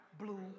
blue